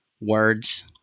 words